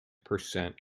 percent